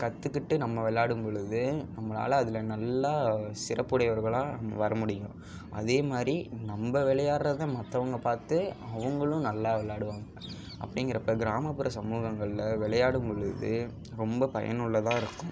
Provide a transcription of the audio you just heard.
கற்றுக்கிட்டு நம்ம விளையாடும் பொழுது நம்பளால் அதில் நல்லா சிறப்புடையவர்களாக வர முடியும் அதேமாதிரி நம்ப விளையாடுறதை மற்றவங்க பார்த்து அவங்களும் நல்லா விளையாடுவாங்க அப்படிங்கிறப்ப கிராமப்புற சமூகங்களில் விளையாடும் பொழுது ரொம்ப பயன் உள்ளதாக இருக்கும்